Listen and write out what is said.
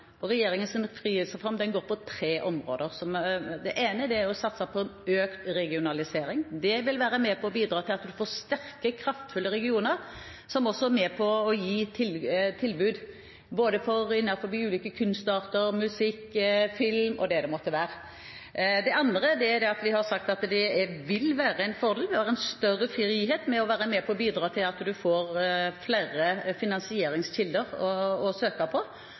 og regjeringens frihetsreform går på tre områder. Det ene er å satse på en økt regionalisering. Det vil være med på å bidra til at vi får sterke, kraftfulle regioner, som også er med på å gi tilbud innenfor ulike kunstarter, musikk, film og hva det måtte være. Det andre er at vi har sagt at det vil være en fordel med tanke på større frihet å være med på å bidra til at man får flere finansieringskilder å søke på. Det har vært grunnlaget for at vi har startet med å legge forholdene til rette med økte incentiver på